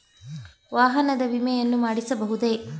ವಾಹನದ ವಿಮೆಯನ್ನು ಮಾಡಿಸಬಹುದೇ?